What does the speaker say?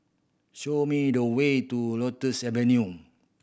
show me the way to Lotus Avenue